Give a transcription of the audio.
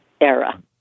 era